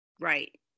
Right